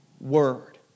word